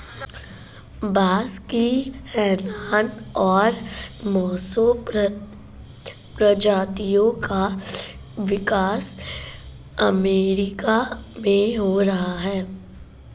बांस की हैनान और मोसो प्रजातियों का विकास अमेरिका में हो रहा है